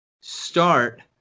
start